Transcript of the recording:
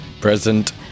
Present